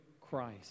christ